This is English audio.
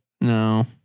No